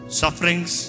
sufferings